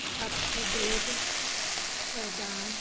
update ਪ੍ਰਦਾਨ